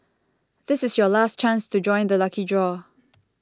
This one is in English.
this is your last chance to join the lucky draw